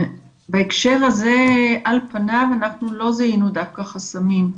בהקשר הזה על פניו, אנחנו לא זיהינו דווקא חסמים.